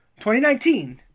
2019